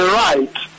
right